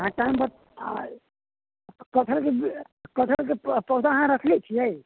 अहाँ टाइम बता कटहलके पेड़ कटहलके पौधा अहाँ रखने छिये